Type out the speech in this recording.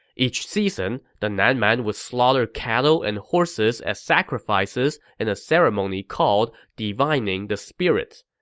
each season, the nan man would slaughter cattle and horses as sacrifices in a ceremony called divining the spirits.